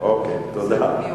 שחידדתי.